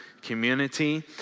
community